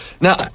Now